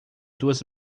duas